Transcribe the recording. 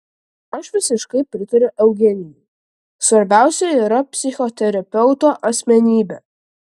aš visiškai pritariu eugenijui svarbiausia yra psichoterapeuto asmenybė